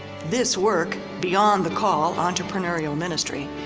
this work beyond the call, entrepreneurial ministry,